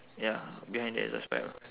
ya behind the exhaust pipe ah